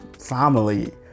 family